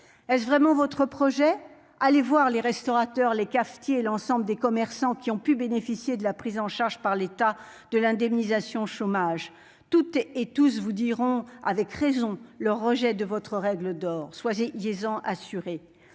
Est-ce vraiment votre projet ? Allez voir les restaurateurs, les cafetiers et l'ensemble des commerçants qui ont pu bénéficier de la prise en charge par l'État de l'indemnisation chômage ! Tous vous diront, avec raison, qu'ils rejettent votre règle d'or, soyez-en assurés.